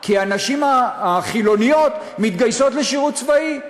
כי הנשים החילוניות מתגייסות לשירות צבאי.